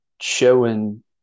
showing